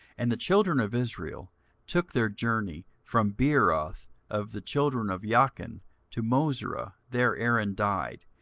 and the children of israel took their journey from beeroth of the children of jaakan to mosera there aaron died,